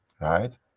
right